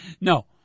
No